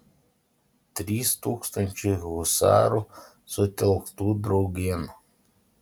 trys tūkstančiai husarų sutelktų draugėn